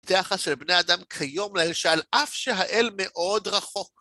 זה יחס של בני אדם כיום למשל על אף שהאל מאוד רחוק.